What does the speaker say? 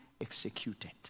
executed